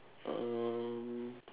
um